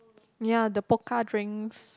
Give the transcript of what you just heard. ya the Pokka drinks